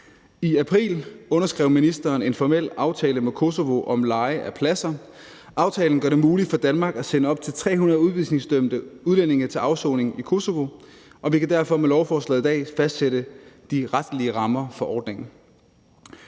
I april underskrev ministeren en formel aftale med Kosovo om leje af pladser. Aftalen gør det muligt for Danmark at sende op til 300 udvisningsdømte udlændinge til afsoning i Kosovo, og vi kan derfor med lovforslaget i dag fastsætte de retslige rammer for ordningen,